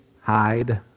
hide